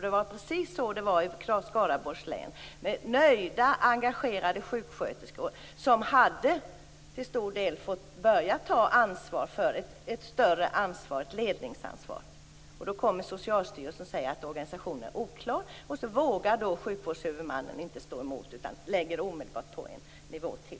Det var precis så det var i Skaraborgs län. Nöjda engagerade sjuksköterskor hade till stor del börjat ta ett större ansvar, ett ledningsansvar. Då kommer Socialstyrelsen och säger att organisationen är oklar. Så vågar inte sjukvårdshuvudmannen stå emot utan lägger omedelbart på en nivå till.